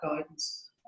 guidance